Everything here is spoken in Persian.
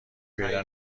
پیدا